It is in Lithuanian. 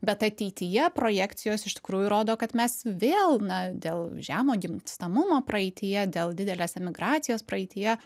bet ateityje projekcijos iš tikrųjų rodo kad mes vėl na dėl žemo gimstamumo praeityje dėl didelės emigracijos praeityje